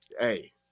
hey